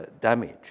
damage